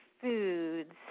foods